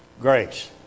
Grace